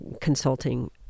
consulting